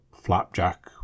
flapjack